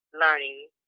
learning